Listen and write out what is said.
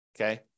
okay